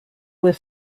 were